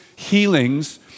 healings